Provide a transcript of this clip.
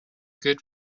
good